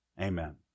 Amen